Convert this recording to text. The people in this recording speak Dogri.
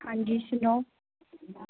हांजी सनाओ